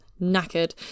knackered